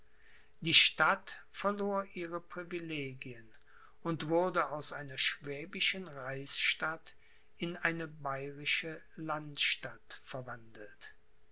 die stadt verlor ihre privilegien und wurde aus einer schwäbischen reichsstadt in eine bayerische landstadt verwandelt